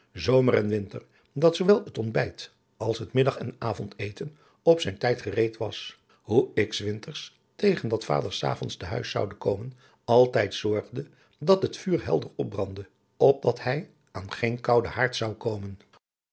zomer en winter dat zoowel het ontbijt als het middag en avond eten op zijn tijd gereed was hoe ik s winters tegen dat vader s avonds te huis zoude komen altijd zorgde dat het vuur helder opbrandde opdat hij aan geen kouden haard zou komen